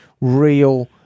real